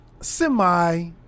semi—